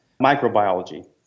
microbiology